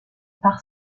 par